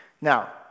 Now